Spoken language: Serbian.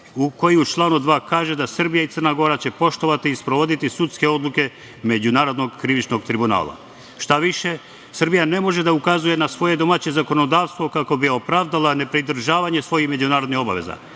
koji u članu 2. kaže da Srbija i Crna Gora će poštovati i sprovoditi sudske odluke Međunarodnog krivičnog tribunala. Šta više, Srbija ne može da ukazuje na svoje domaće zakonodavstvo kako bi opravdala nepridržavanje svojih međunarodnih obaveza.